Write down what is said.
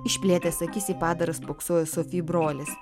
išplėtęs akis į padarą spoksojo sofi brolis